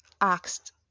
asked